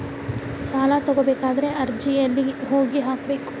ಸಾಲ ತಗೋಬೇಕಾದ್ರೆ ಅರ್ಜಿ ಎಲ್ಲಿ ಹೋಗಿ ಹಾಕಬೇಕು?